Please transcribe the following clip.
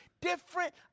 different